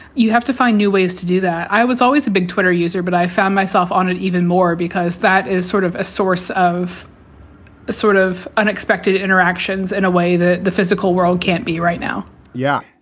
you have to find new ways to do that. i was always a big twitter user, but i found myself on an even more because that is sort of a source of a sort of unexpected interactions in a way that the physical world can't be right now yeah,